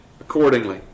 accordingly